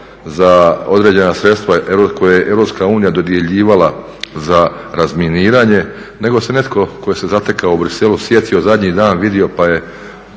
za određena sredstva koje je EU dodjeljivala za razminiranje nego se netko tko se zatekao u Bruxellesu sjetio zadnji dan, vidio pa je